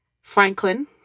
Franklin